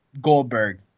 Goldberg